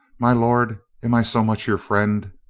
my lord, am i so much your friend?